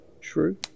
true